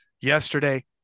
yesterday